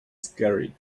scary